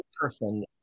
person